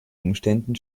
umständen